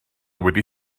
wedi